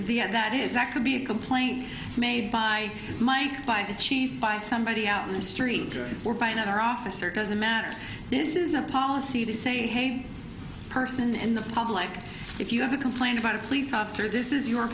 the that is that could be a complaint made by mike by the chief by somebody out in the street or by another officer it doesn't matter this is a policy to say hey person in the public if you have a complaint about a police officer this is your